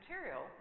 material